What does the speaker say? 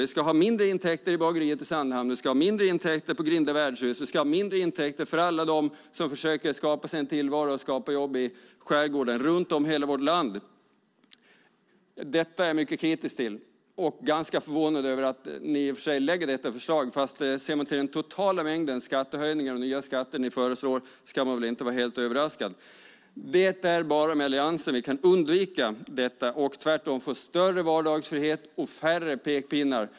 Vi ska ha mindre intäkter i bageriet i Sandhamn. Vi ska ha mindre intäkter på Grinda Wärdshus. Vi ska ha mindre intäkter för alla dem som försöker skapa sig en tillvaro och jobb i skärgården, runt om i vårt land. Detta är jag mycket kritisk till, och jag är ganska förvånad över att ni lägger fram detta förslag. Fast ser man till den totala mängden skattehöjningar och nya skatter som ni föreslår ska man väl inte vara helt överraskad. Det är bara med Alliansen vi kan undvika detta och tvärtom få större vardagsfrihet och färre pekpinnar.